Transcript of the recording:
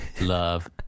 love